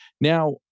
Now